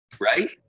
right